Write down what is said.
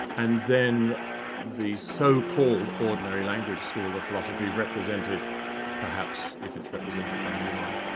and then the so-called ordinary language school of philosophy represented perhaps, if it's represented by anyone,